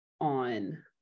on